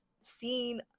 seen